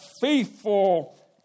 faithful